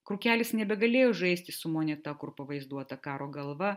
krukelis nebegalėjo žaisti su moneta kur pavaizduota karo galva